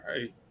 right